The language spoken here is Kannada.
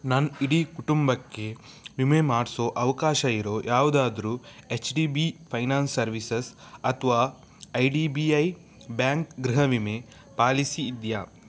ನನ್ನ ಇಡೀ ಕುಟುಂಬಕ್ಕೆ ವಿಮೆ ಮಾಡಿಸೋ ಅವಕಾಶ ಇರೋ ಯಾವುದಾದ್ರು H D B finance services ಅಥ್ವಾ I D B I bank ಗೃಹ ವಿಮೆ ಪಾಲಿಸಿ ಇದೆಯಾ